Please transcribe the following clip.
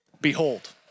Behold